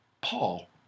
Paul